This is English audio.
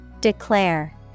Declare